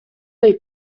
dei